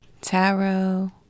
tarot